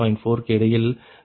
4 க்கு இடையில் 0